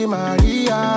Maria